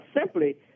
simply